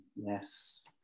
Yes